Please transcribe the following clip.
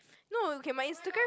no okay my Instagram